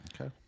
Okay